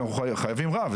כי אנחנו חייבים רב,